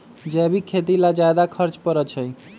जैविक खेती ला ज्यादा खर्च पड़छई?